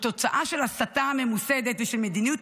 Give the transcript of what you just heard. הוא תוצאה של הסתה ממוסדת ושל מדיניות